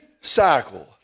cycle